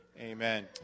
Amen